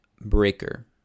Breaker